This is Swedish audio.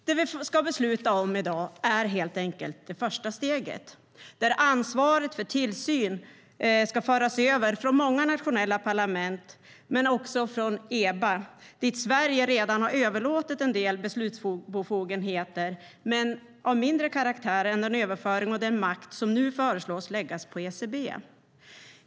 Det vi ska besluta om i dag är helt enkelt det första steget där ansvaret för tillsyn ska föras över från många nationella parlament men också från EBA, dit Sverige redan har överlåtit en del beslutsbefogenheter men av mindre karaktär än den överföring och den makt som nu föreslås läggas på ECB.